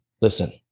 listen